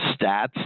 stats